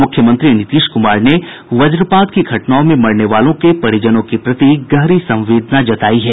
मुख्यमंत्री नीतीश कुमार ने वज्रपात की घटनाओं में मरने वालों के परिजनों के प्रति गहरी संवेदना जतायी है